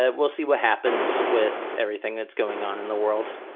ah we'll see what happens with everything that's going on in the world.